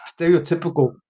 stereotypical